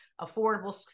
affordable